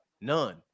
None